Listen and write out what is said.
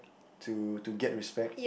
to to get respect